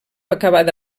acabada